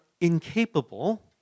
incapable